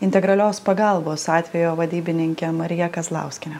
integralios pagalbos atvejo vadybininke marija kazlauskiene